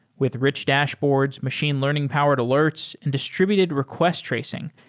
with rich dashboards, machine learning powered alerts and distributed request tracing,